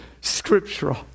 Scriptural